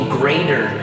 greater